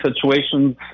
situations